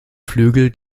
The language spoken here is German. flügel